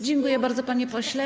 Dziękuję bardzo, panie pośle.